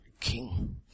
king